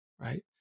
right